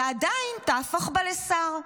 ועדיין תהפוך בה לשר.